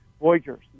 voyagers